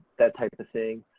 that type of thing.